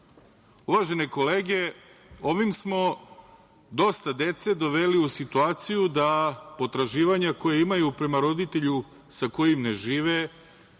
dužnika. Uvažene kolege, ovim smo dosta dece doveli u situaciju da potraživanja koje imaju prema roditelju sa kojim ne žive